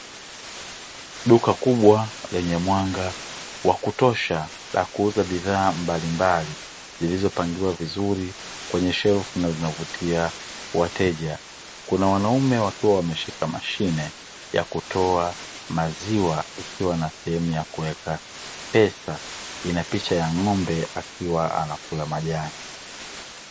Duka kubwa lenye mwanga wa kutosha la kuuza bidhaa mbalimbali zilizopangiliwa vizuri kwenye shelfu na zinavutia wateja. Kuna wanaume wakiwa wameshika mashine ya kutoa maziwa ikiwa na sehemu ya kuweka pesa, inapicha ya ng'ombe akiwa anakula majani.